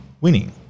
winning